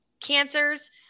cancers